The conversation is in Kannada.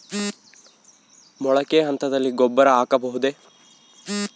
ಮೊಳಕೆ ಹಂತದಲ್ಲಿ ಗೊಬ್ಬರ ಹಾಕಬಹುದೇ?